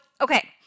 okay